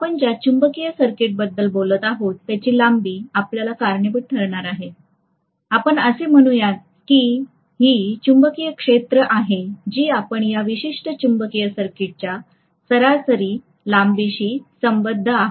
आपण ज्या चुंबकीय सर्किटबद्दल बोलत आहोत त्याची लांबी आपल्याला कारणीभूत ठरणार आहे आपण असे म्हणूया की ही चुंबकीय क्षेत्र आहे जी आपण या विशिष्ट चुंबकीय सर्किटच्या सरासरी लांबीशी संबद्ध आहेत